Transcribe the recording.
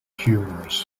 humorous